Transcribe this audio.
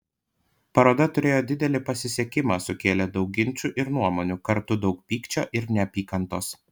paroda turėjo didelį pasisekimą sukėlė daug ginčų ir nuomonių kartu daug pykčio ir neapykantos